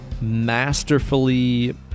masterfully